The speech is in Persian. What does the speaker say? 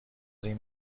این